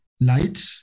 light